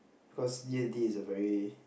cause D-and-T is a very